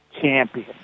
champion